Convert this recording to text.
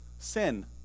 sin